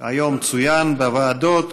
היום צוין בוועדות,